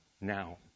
now